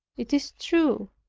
it is true,